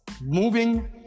moving